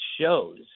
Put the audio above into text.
shows